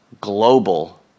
global